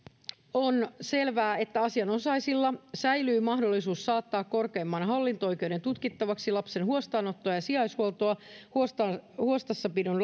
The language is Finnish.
on selvää että asianosaisilla säilyy mahdollisuus saattaa korkeimman hallinto oikeuden tutkittavaksi lapsen huostaanottoa ja sijaishuoltoa huostassapidon